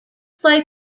play